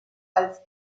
als